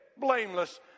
blameless